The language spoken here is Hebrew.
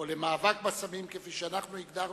או למאבק בסמים, כפי שאנחנו הגדרנו,